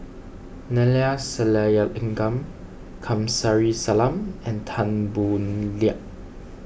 Neila Sathyalingam Kamsari Salam and Tan Boo Liat